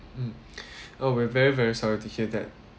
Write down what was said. mm oh we're very very sorry to hear that